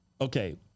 Okay